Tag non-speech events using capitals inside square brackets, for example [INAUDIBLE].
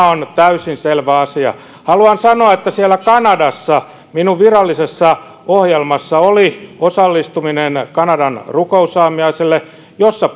[UNINTELLIGIBLE] on täysin selvä asia haluan sanoa että siellä kanadassa minun virallisessa ohjelmassani oli osallistuminen kanadan rukousaamiaiselle jossa [UNINTELLIGIBLE]